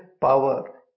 power